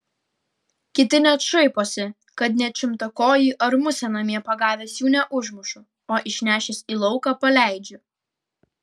kiti net šaiposi kad net šimtakojį ar musę namie pagavęs jų neužmušu o išnešęs į lauką paleidžiu